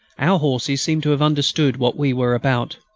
our horses seemed to have understood what we were about.